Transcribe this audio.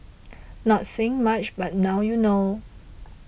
not saying much but now you know